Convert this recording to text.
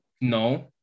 No